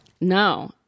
No